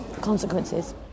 consequences